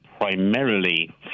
primarily